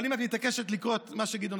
אבל אם את מתעקשת לקרוא את מה שגדעון